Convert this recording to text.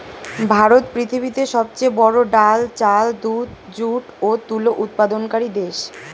ভারত পৃথিবীতে সবচেয়ে বড়ো ডাল, চাল, দুধ, যুট ও তুলো উৎপাদনকারী দেশ